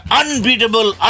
unbeatable